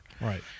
Right